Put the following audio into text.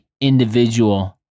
individual